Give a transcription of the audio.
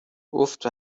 گفت